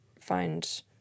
find